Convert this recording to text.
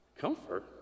Comfort